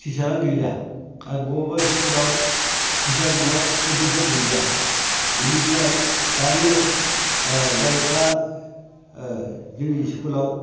टिचारानो गैलिया आरो बबेबा बबेबा स्कुलाव टिचार दङ स्टुडेन्टफोरा गैलिया बिनिफ्राय दानि जायफ्रा जोंनि स्कुलाव